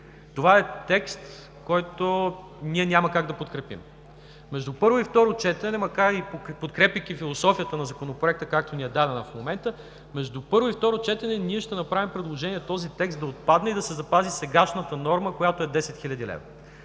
Това е текст, който ние няма как да подкрепим. Между първо и второ четене, макар и подкрепяйки философията на Законопроекта, както ни е дадена в момента, ние ще направим предложение този текст да отпадне и да се запази сегашната норма, която е 10 хил. лв.